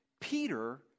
Peter